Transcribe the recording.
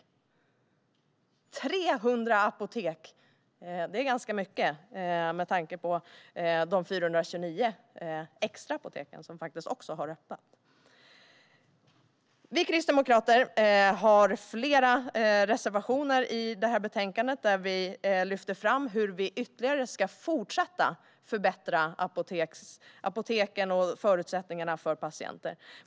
Det är ganska mycket med 300 apotek med tanke på de 429 extra apotek som också har öppnat. Vi kristdemokrater har flera reservationer i betänkandet där vi lyfter fram hur vi ytterligare ska fortsätta att förbättra apoteken och förutsättningarna för patienter.